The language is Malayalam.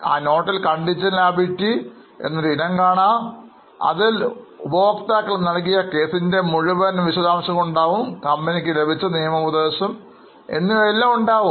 ആ Noteഇൽ Contingent liability എന്നൊരു ഇനം കാണാം അതിൽ ഉപഭോക്താക്കൾ നൽകിയ case ഇൻറെ മുഴുവൻ വിശദാംശങ്ങൾ ഉണ്ടാകുംകമ്പനിക്ക് ലഭിച്ച നിയമോപദേശം എന്നിവയെപ്പറ്റിയെല്ലാം അതിൽ കാണാം